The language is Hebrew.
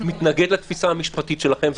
מתנגד לתפיסה המשפטית שלכם,